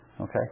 Okay